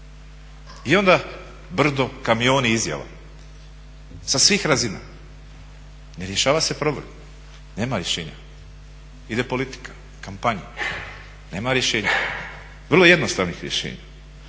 I onda brdo, kamioni izjava sa svih razina. Ne rješava se problem, nema rješenja. Ide politika, kampanja, nema rješenja, vrlo jednostavnih rješenja.